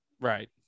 Right